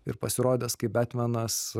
ir pasirodęs kaip betmenas